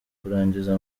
kurangiza